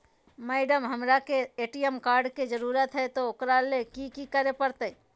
Madam, हमरा के ATM card के जरूरत है ऊकरा ले की की करे परते?